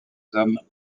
hommes